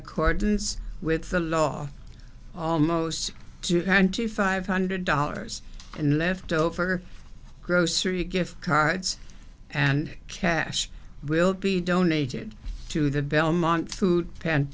accordance with the law almost to hand to five hundred dollars and left over grocery gift cards and cash will be donated to the belmont food pan